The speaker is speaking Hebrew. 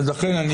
לכן,